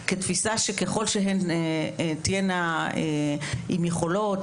כתפיסה שככל שהן תהיינה עם יכולות,